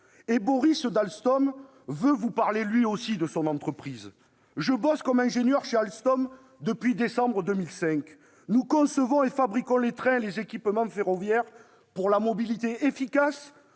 » Boris veut vous parler lui aussi de son entreprise, Alstom :« Je bosse comme ingénieur chez Alstom depuis décembre 2005. Nous concevons et fabriquons les trains et les équipements ferroviaires pour la mobilité efficace,